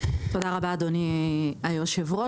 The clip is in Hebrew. תודה רבה, אדוני היושב-ראש.